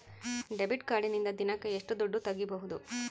Debit ಕಾರ್ಡಿನಿಂದ ದಿನಕ್ಕ ಎಷ್ಟು ದುಡ್ಡು ತಗಿಬಹುದು?